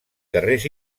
carrers